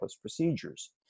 procedures